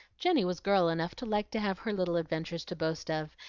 jenny was girl enough to like to have her little adventures to boast of,